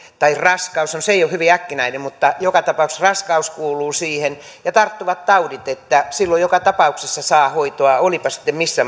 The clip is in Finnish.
tai raskaus se ei ole hyvin äkkinäinen mutta joka tapauksessa raskaus kuuluu siihen ja tarttuvat taudit niin että silloin joka tapauksessa saa hoitoa olipa sitten missä